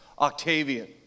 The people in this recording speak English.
Octavian